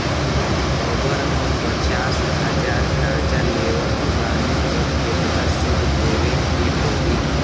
अगर हम पचास हज़ार कर्जा लेवत बानी त केतना सूद देवे के पड़ी?